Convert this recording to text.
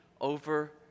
over